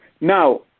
Now